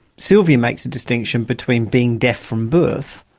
sylvia makes the distinction between being deaf from birth,